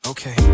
Okay